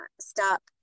stop